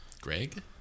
Greg